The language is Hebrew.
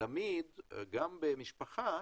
גם במשפחה,